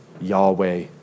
Yahweh